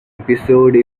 episode